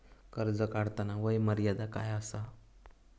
कर्ज काढताना वय मर्यादा काय आसा?